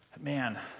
Man